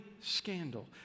scandal